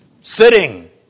sitting